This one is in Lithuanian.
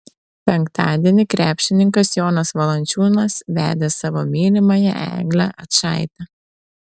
penktadienį krepšininkas jonas valančiūnas vedė savo mylimąją eglę ačaitę